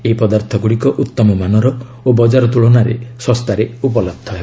ଏହି ପଦାର୍ଥଗୁଡ଼ିକ ଉତ୍ତମ ମାନର ଓ ବଜାର ତୁଳନାରେ ଶସ୍ତାରେ ଉପଲହ୍ଧ ହେବ